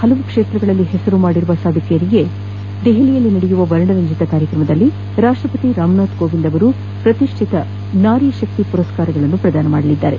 ಪಲವು ಕ್ಷೇತ್ರಗಳಲ್ಲಿ ಹೆಸರು ಮಾಡಿರುವ ಸಾಧಕಿಯರಿಗೆ ದೆಹಲಿಯಲ್ಲಿ ನಡೆಯುವ ವರ್ಣರಂಜಿತ ಕಾರ್ಯಕ್ರಮದಲ್ಲಿ ರಾಷ್ಟಪತಿ ರಾಮನಾಥ್ ಕೋವಿಂದ್ ಅವರು ಪ್ರತಿಷ್ಠಿತ ನಾರಿಶಕ್ತಿ ಮರಸ್ಕಾರಗಳನ್ನು ಪ್ರದಾನ ಮಾಡಲಿದ್ದಾರೆ